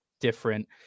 different